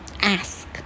ask